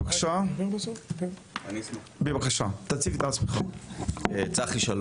ישיבה זו נועדה על מנת לשמוע סקירה מכבוד שר